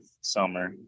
summer